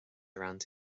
around